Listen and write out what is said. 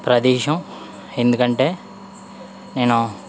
ప్రదేశం ఎందుకంటే నేను